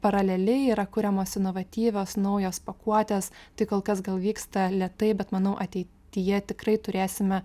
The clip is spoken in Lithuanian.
paraleliai yra kuriamos inovatyvios naujos pakuotės tai kol kas gal vyksta lėtai bet manau ateityje tikrai turėsime